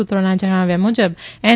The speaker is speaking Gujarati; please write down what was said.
સૂત્રોના જણાવ્યા મુજબ એન